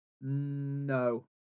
No